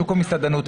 שוק המסעדנות,